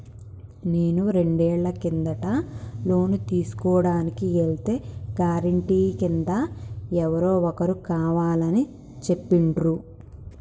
నేను రెండేళ్ల కిందట లోను తీసుకోడానికి ఎల్తే గారెంటీ కింద ఎవరో ఒకరు కావాలని చెప్పిండ్రు